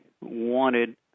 wanted